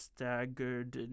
Staggered